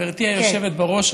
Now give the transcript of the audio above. חברתי היושבת-ראש,